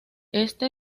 este